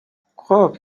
خوب